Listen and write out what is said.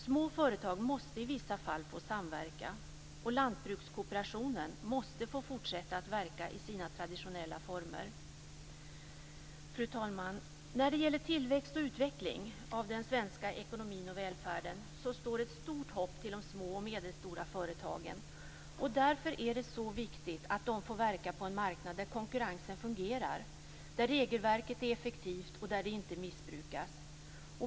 Små företag måste i vissa fall få samverka, och Lantbrukskooperationen måste få fortsätta att verka i sina traditionella former. Fru talman! När det gäller tillväxt och utveckling av den svenska ekonomin och välfärden står ett stort hopp till de små och medelstora företagen. Därför är det mycket viktigt att de får verka på en marknad där konkurrensen fungerar och där regelverket är effektivt och inte missbrukas.